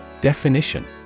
Definition